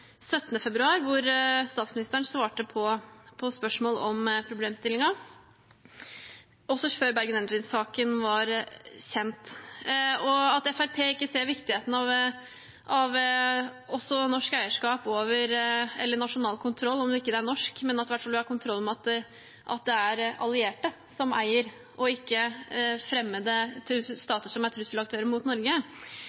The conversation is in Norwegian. februar, hvor statsministeren svarte på spørsmål om problemstillingen – også før Bergen Engines saken var kjent. At Fremskrittspartiet ikke ser viktigheten av nasjonal kontroll – om det ikke er norsk eierskap, men at vi i hvert fall har kontroll med at det er allierte, og ikke fremmede stater som er trusselaktører mot Norge, som eier f.eks. skog eller landeiendommer – er ikke